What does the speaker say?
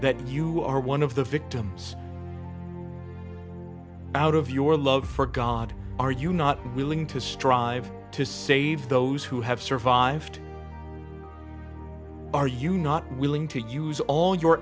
that you are one of the victims out of your love for god are you not willing to strive to save those who have survived are you not willing to use all your